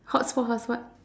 hotspot hotspot